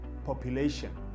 population